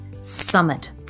summit